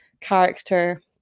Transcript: character